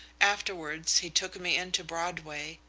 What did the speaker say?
afterwards he took me into broadway,